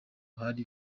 hari